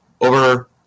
over